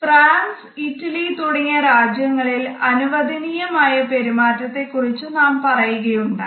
France Italy തുടങ്ങിയ രാജ്യങ്ങളിൽ അനുവദനീയമായ പെരുമാറ്റത്തെ കുറിച്ച് നാം പറയുകയുണ്ടായി